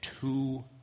two